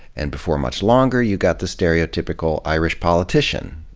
and before much longer you got the stereotypical irish politician.